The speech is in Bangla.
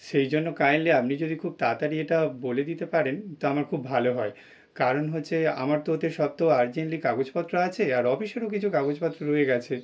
সেই জন্য কাইন্ডলি আপনি যদি খুব তাড়াতাড়ি এটা বলে দিতে পারেন তো আমার খুব ভালো হয় কারণ হচ্ছে আমার তো ওতে সব তো আরজেন্টলি কাগজপত্র আছে আর অফিসেরও কিছু কাগজপত্র রয়ে গিয়েছে